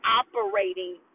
operating